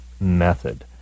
method